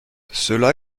cela